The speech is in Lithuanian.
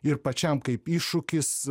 ir pačiam kaip iššūkis